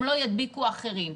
הם לא ידביקו אחרים,